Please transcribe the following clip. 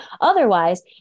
Otherwise